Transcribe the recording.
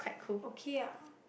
okay ah